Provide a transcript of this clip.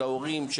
עם ההורים,